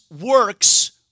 works